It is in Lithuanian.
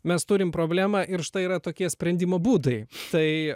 mes turim problemą ir štai yra tokie sprendimo būdai tai